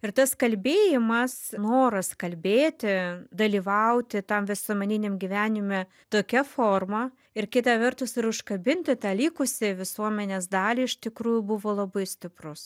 ir tas kalbėjimas noras kalbėti dalyvauti tam visuomeniniam gyvenime tokia forma ir kita vertus ir užkabinti tą likusią visuomenės dalį iš tikrųjų buvo labai stiprus